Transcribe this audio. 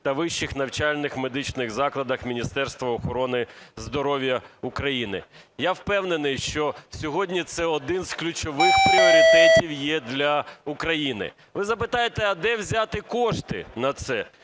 та вищих навчальних медичних закладах Міністерства охорони здоров'я України". Я впевнений, що сьогодні це один з ключових пріоритетів є для України. Ви запитаєте, а де взяти кошти на це?